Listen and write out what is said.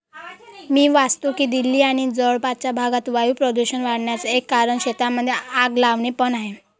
मी वाचतो की दिल्ली आणि जवळपासच्या भागात वायू प्रदूषण वाढन्याचा एक कारण शेतांमध्ये आग लावणे पण आहे